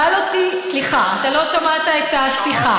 סליחה, אתה לא שמעת את השיחה.